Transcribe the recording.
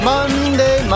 Monday